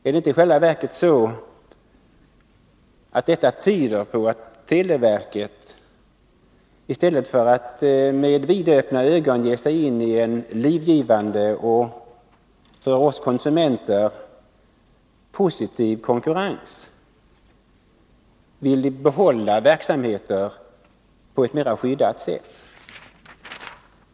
Tyder inte detta i själva verket på att televerket, i stället för att med vidöppna ögon ge sig in i en livgivande och för oss konsumenter positiv konkurrens, vill behålla verksamheter på ett mera skyddat sätt?